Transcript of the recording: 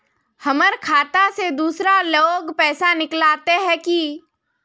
हमर खाता से दूसरा लोग पैसा निकलते है की?